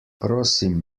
prosim